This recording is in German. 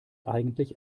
eigentlich